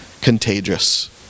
contagious